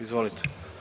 Izvolite.